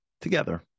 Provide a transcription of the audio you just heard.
together